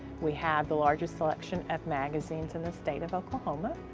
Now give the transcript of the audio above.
we have the largest selection of magazines in the state of oklahoma.